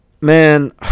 man